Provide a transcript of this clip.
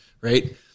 right